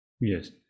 Yes